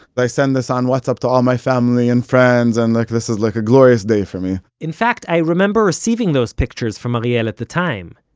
i sent this on whatsapp to all my family and friends, and like this is like a glorious day for me in fact, i remember receiving those pictures from like ariel at the time,